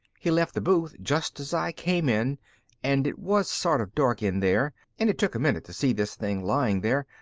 he left the booth just as i came in and it was sort of dark in there and it took a minute to see this thing laying there.